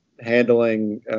handling